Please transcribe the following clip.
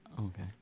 Okay